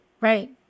right